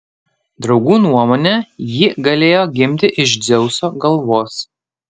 draugų nuomone ji galėjo gimti iš dzeuso galvos